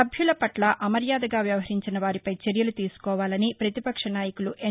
సభ్యుల పట్ల అమర్యాదగా వ్యవహరించిన వారిపై చర్యలు తీసుకోవాలని పతిపక్షనాయకులు ఎన్